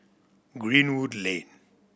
Greenwood Lane